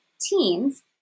teens